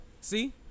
See